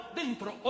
dentro